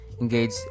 engaged